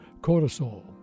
cortisol